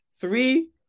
three